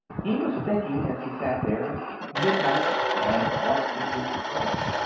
he was thinking, as he sat there, of midnight and what it would bring.